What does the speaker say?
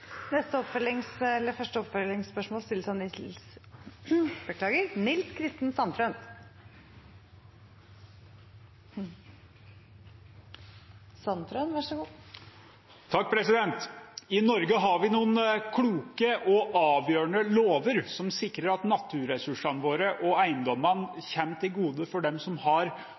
Nils Kristen Sandtrøen – til oppfølgingsspørsmål. I Norge har vi noen kloke og avgjørende lover som sikrer at naturressursene våre og eiendommene kommer dem til gode som har arbeidet med å produsere mat og utnytte ressursene vi har